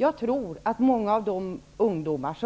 Jag tror att många ungdomar